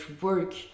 work